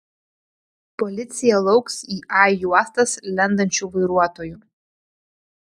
policija lauks į a juostas lendančių vairuotojų